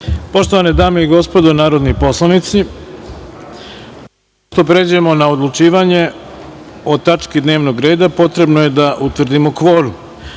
Poštovane dame i gospodo narodni poslanici, pre nego što pređemo na odlučivanje o tački dnevnog reda, potrebno je da utvrdimo